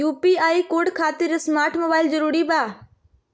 UPI code खातिर smart mobile जरूरी बा?